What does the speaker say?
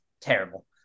terrible